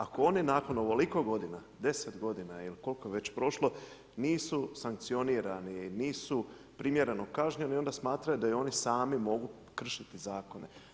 Ako oni nakon ovoliko godina, 10 godina ili koliko je već prošlo, nisu sankcionirani, nisu primjereno kažnjeni, onda smatraju da i oni sami mogu kršiti zakone.